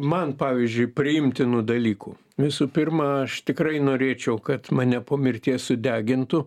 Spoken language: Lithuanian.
man pavyzdžiui priimtinų dalykų visų pirma aš tikrai norėčiau kad mane po mirties sudegintų